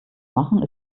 machen